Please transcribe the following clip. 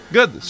Good